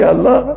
Allah